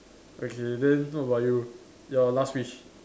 okay then what about you your last wish